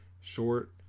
short